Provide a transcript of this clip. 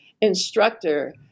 instructor